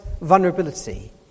vulnerability